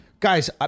Guys